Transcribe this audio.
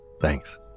Thanks